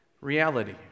Reality